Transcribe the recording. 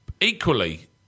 Equally